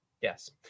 Yes